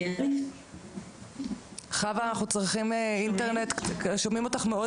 שומעים אותך מאוד